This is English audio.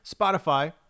Spotify